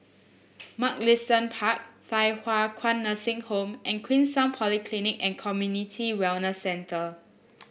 Mugliston Park Thye Hua Kwan Nursing Home and Queenstown Polyclinic and Community Wellness Centre